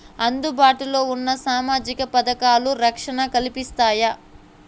అందుబాటు లో ఉన్న సామాజిక పథకాలు, రక్షణ కల్పిస్తాయా?